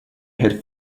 had